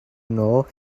know